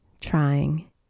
trying